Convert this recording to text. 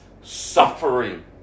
suffering